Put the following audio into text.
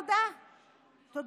תודה,